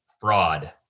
fraud